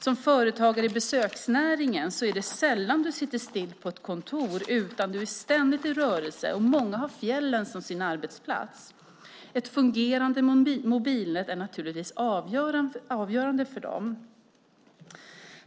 Som företagare i besöksnäringen är det sällan du sitter still på ett kontor, utan du är ständigt i rörelse, och många har fjällen som sin arbetsplats. Ett fungerande mobilnät är naturligtvis avgörande för dem.